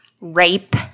rape